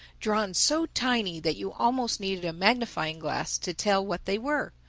drawn so tiny that you almost needed a magnifying-glass to tell what they were.